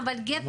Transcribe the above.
בואו,